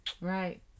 right